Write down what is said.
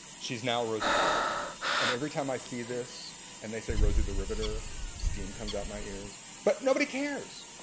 she's now rosie the riveter and every time i see this and they say rosie the riveter steam comes out my ears but nobody cares.